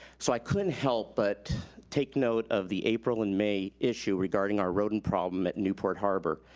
so i couldn't help but take note of the april and may issue regarding our rodent problem at newport harbor.